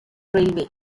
railway